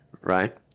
Right